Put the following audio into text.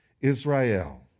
Israel